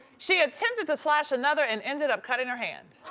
she attempted to slash another and ended up cutting her hand.